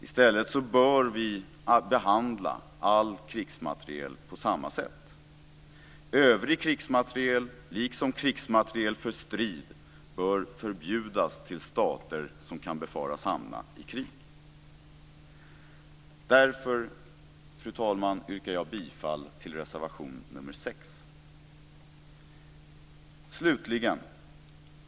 I stället bör vi behandla all krigsmateriel på samma sätt. Övriga krigsmateriel, liksom krigsmateriel för strid, bör förbjudas till stater som kan befaras hamna i krig. Fru talman! Därför yrkar jag bifall till reservation nr 6.